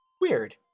Weird